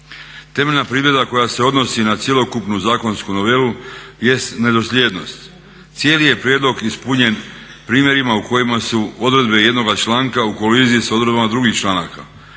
Temeljna primjedba koja se odnosi na cjelokupnu zakonsku novelu jest nedosljednost. Cijeli je prijedlog ispunjen primjerima u kojima su odredbe jednoga članka u koaliziji sa odredbama drugih članaka